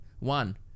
One